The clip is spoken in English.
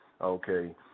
Okay